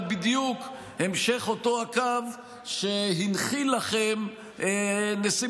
בדיוק המשך של אותו קו שהנחיל לכם נשיא